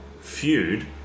feud